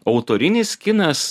autorinis kinas